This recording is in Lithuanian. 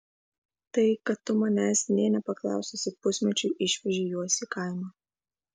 tai kad tu manęs nė nepaklaususi pusmečiui išvežei juos į kaimą